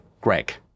greg